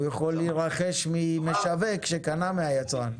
הוא יכול להירכש ממשווק שקנה מהיצרן.